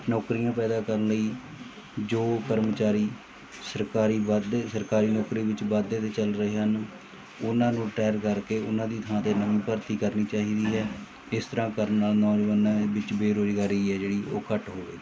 ਨੌਕਰੀਆਂ ਪੈਦਾ ਕਰਨ ਲਈ ਜੋ ਕਰਮਚਾਰੀ ਸਰਕਾਰੀ ਵਾਧੇ ਸਰਕਾਰੀ ਨੌਕਰੀ ਵਿੱਚ ਵਾਧੇ 'ਤੇ ਚੱਲ ਰਹੇ ਹਨ ਉਹਨਾਂ ਨੂੰ ਰਿਟਾਇਰ ਕਰਕੇ ਉਹਨਾਂ ਦੀ ਥਾਂ 'ਤੇ ਨਵੀਂ ਭਰਤੀ ਕਰਨੀ ਚਾਹੀਦੀ ਹੈ ਇਸ ਤਰ੍ਹਾਂ ਕਰਨ ਨਾਲ ਨੌਜਵਾਨਾਂ ਦੇ ਵਿੱਚ ਬੇਰੁਜ਼ਗਾਰੀ ਹੈ ਜਿਹੜੀ ਉਹ ਘੱਟ ਹੋਵੇ